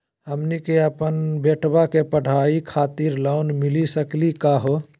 हमनी के अपन बेटवा के पढाई खातीर लोन मिली सकली का हो?